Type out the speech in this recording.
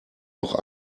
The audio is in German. auch